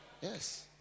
Yes